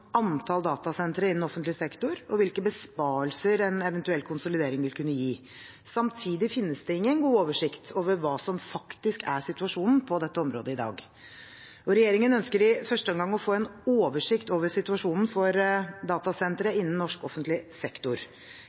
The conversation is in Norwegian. antall datasentre innen offentlig sektor, og hvilke besparelser en eventuell konsolidering vil kunne gi. Samtidig finnes det ingen god oversikt over hva som faktisk er situasjonen på dette området i dag. Regjeringen ønsker i første omgang å få en oversikt over situasjonen for datasentre innen norsk offentlig sektor.